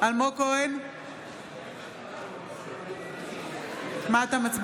נוכחת מתן כהנא, אינו נוכח עופר כסיף,